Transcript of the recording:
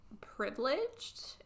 privileged